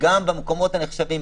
גם במקומות הנחשבים,